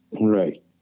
Right